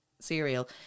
cereal